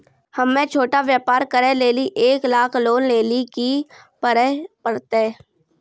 हम्मय छोटा व्यापार करे लेली एक लाख लोन लेली की करे परतै?